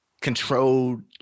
controlled